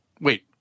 wait